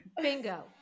bingo